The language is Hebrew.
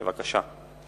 בבקשה.